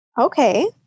Okay